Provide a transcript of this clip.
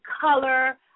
color